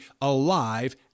alive